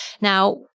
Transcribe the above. Now